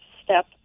step